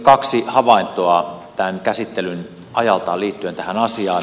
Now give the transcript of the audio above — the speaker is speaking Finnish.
kaksi havaintoa tämän käsittelyn ajalta liittyen tähän asiaan